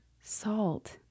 Salt